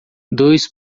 dois